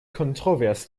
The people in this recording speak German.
kontrovers